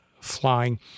flying